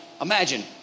imagine